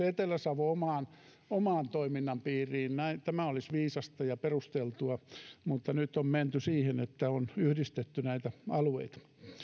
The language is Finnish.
etelä savo oman toiminnan piiriin tämä olisi viisasta ja perusteltua mutta nyt on menty siihen että on yhdistetty näitä alueita